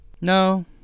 No